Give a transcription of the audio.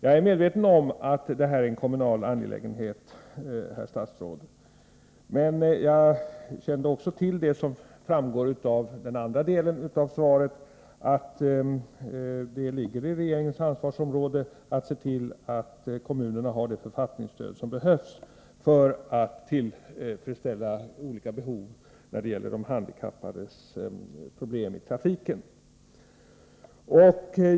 Jag är medveten om att detta är en kommunal angelägenhet, herr statsråd. Men jag kände också till det som framgår av den andra delen av svaret, nämligen att det ligger inom regeringens ansvarsområde att se till att kommunerna har det författningsstöd som behövs för att tillfredsställa olika behov när det gäller de handikappades problem i trafiken.